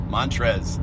Montrez